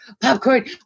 popcorn